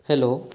hello